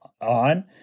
on